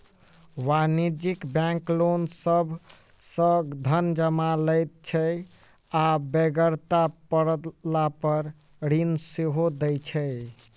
वाणिज्यिक बैंक लोक सभ सॅ धन जमा लैत छै आ बेगरता पड़लापर ऋण सेहो दैत छै